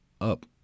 up